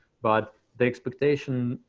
but the expectation